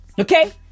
Okay